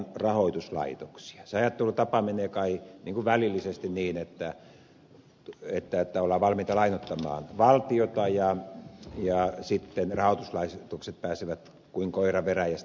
se ajattelutapa menee kai ikään kuin välillisesti niin että ollaan valmiita lainoittamaan valtiota ja sitten rahoituslaitokset pääsevät pälkähästä kuin koira veräjästä